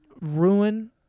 ruin